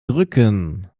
drücken